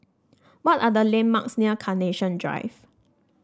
what are the landmarks near Carnation Drive